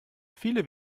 viele